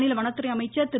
மாநில வனத்துறை அமைச்சர் திரு